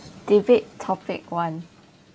debate topic one